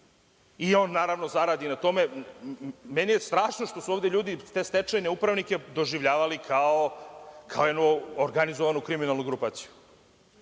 način. Naravno, on zaradi na tome. Meni je strašno što su ovde ljudi te stečajne upravnike doživljavali kao jednu organizovanu kriminalnu grupaciju.